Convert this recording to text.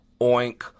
oink